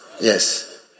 Yes